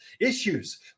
issues